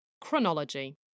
Chronology